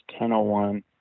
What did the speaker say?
1001